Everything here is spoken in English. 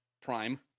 prime